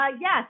yes